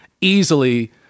easily